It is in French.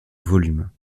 volume